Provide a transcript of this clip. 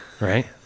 right